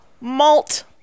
malt